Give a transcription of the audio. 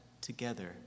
together